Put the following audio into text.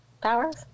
powers